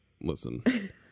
listen